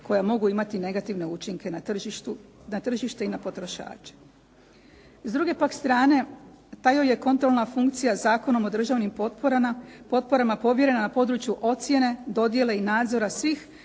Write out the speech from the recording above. koja mogu imati negativne učinke na tržište i na potrošače. S druge pak strane ta joj je kontrolna funkcija Zakonom o državnim potporama povjerena na području ocjene, dodjele i nadzora svih